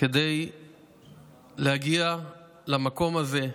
כדי להגיע למקום הזה,